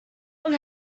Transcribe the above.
long